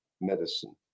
medicine